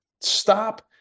Stop